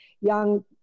young